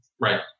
Right